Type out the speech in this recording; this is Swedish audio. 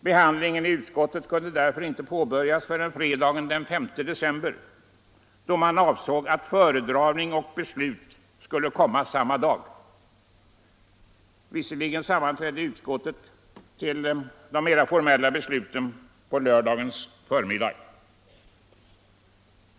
Behandlingen i utskottet kunde därför inte påbörjas förrän fredagen den 5 december, då man avsåg att föredragning och beslut skulle komma samma dag. Emellertid sammanträdde utskottet till de mera formella besluten under lördagens förmiddag.